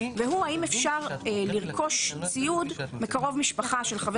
האם אפשר לרכוש ציוד מקרוב משפחה של חבר